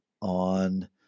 on